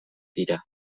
dira